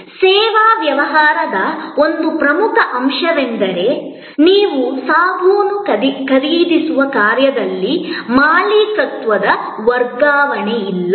ಸೇವಾ ವ್ಯವಹಾರದ ಒಂದು ಪ್ರಮುಖ ಅಂಶವೆಂದರೆ ನಿಮ್ಮ ಸಾಬೂನು ಖರೀದಿಸುವ ಕಾರ್ಯದಲ್ಲಿ ಮಾಲೀಕತ್ವದ ವರ್ಗಾವಣೆಯಿಲ್ಲ